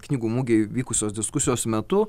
knygų mugėj vykusios diskusijos metu